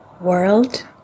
world